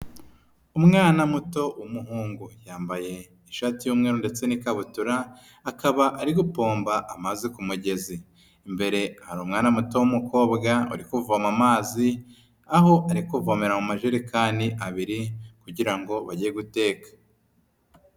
Umwana muto w'umuhungu. Yambaye ishati y'umweru ndetse n'ikabutura, akaba ari gupomba amaze ku mugezi. Imbere hari umwana muto w'umukobwa uri kuvoma amazi, aho ari kuvomera mu majerekani abiri kugira ngo bajye guteka.